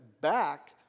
back